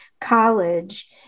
college